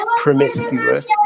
promiscuous